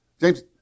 James